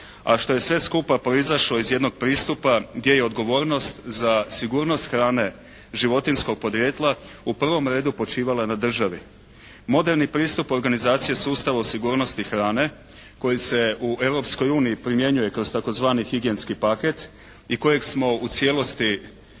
A što je sve skupa proizašlo iz jednog pristupa gdje je odgovornost za sigurnost hrane životinjskog porijekla u prvom redu počivala na državi. Moderni pristup organizacije sustava o sigurnosti hrane koji se u Europskoj uniji primjenjuje kroz tzv. higijenski paket i kojeg smo u cijelosti